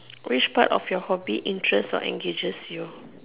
which part of your hobby interest or engages you